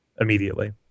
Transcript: immediately